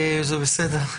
זה בסדר,